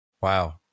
Wow